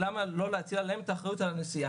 ושאלת למה לא להטיל עליהם את האחריות על הנסיעה.